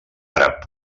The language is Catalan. àrab